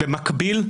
במקביל,